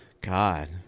God